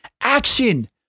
action